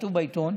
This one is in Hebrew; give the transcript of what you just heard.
כתוב בעיתון,